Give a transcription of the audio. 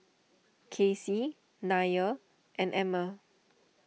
Kacy Nia and Emmer